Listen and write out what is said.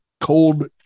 cold